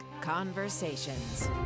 Conversations